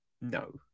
no